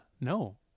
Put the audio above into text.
No